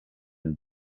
and